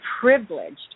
privileged